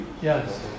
Yes